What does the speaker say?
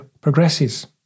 progresses